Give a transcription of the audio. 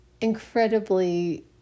incredibly